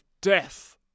death